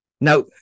Now